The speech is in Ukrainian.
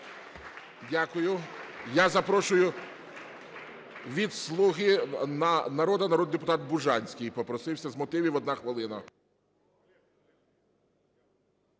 Дякую. Я запрошую від "Слуги народу", народний депутат Бужанський попросився з мотивів, одна хвилина.